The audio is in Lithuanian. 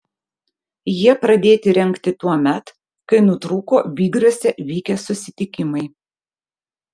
jie pradėti rengti tuomet kai nutrūko vygriuose vykę susitikimai